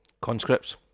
Conscripts